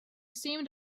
seemed